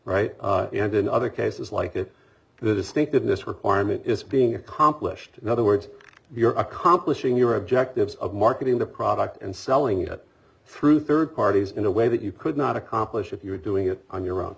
right and in other cases like it the distinctiveness requirement is being accomplished in other words you're accomplishing your objectives of marketing the product and selling it through third parties in a way that you could not accomplish if you're doing it on your own